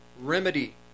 remedy